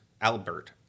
Albert